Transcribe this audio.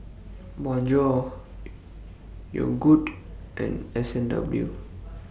Bonjour Yogood and S and W